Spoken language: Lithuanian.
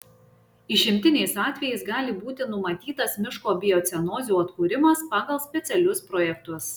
išimtiniais atvejais gali būti numatytas miško biocenozių atkūrimas pagal specialius projektus